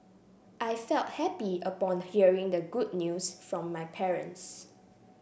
I felt happy upon hearing the good news from my parents